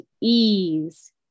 ease